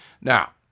Now